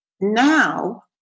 now